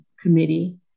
committee